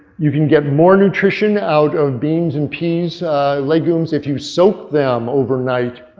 you can get more nutrition out of beans and peas legumes if you soak them overnight,